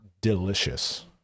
delicious